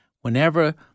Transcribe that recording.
whenever